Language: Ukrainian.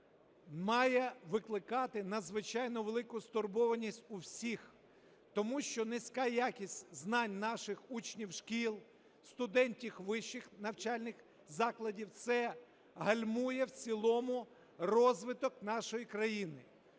має викликати надзвичайно велику стурбованість у всіх. Тому що низька якість знань наших учнів шкіл, студентів вищих навчальних закладів – це гальмує в цілому розвиток нашої країни.